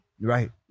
right